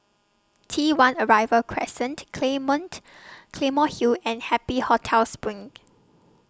T one Arrival Crescent Clayment Claymore Hill and Happy Hotel SPRING